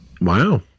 Wow